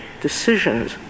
decisions